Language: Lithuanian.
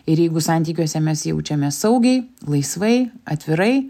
ir jeigu santykiuose mes jaučiamės saugiai laisvai atvirai